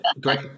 great